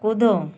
कूदो